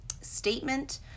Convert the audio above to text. statement